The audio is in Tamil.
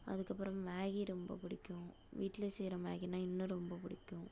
அதுக்கப்புறம் மேகி ரொம்ப பிடிக்கும் வீட்டில செய்கிற மேகினால் இன்னும் ரொம்ப பிடிக்கும்